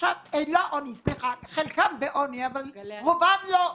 לא עוני, סליחה, חלקן בעוני אבל רובן לא.